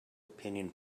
opinion